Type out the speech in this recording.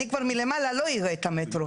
אני מלמעלה לא אראה את המטרו.